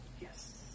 Yes